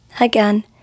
Again